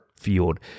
field